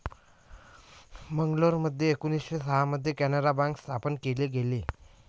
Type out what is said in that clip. मंगलोरमध्ये एकोणीसशे सहा मध्ये कॅनारा बँक स्थापन केली गेली